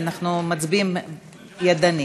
אנחנו מצביעים ידנית.